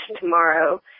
tomorrow